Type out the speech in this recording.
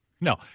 No